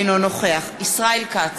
אינו נוכח ישראל כץ,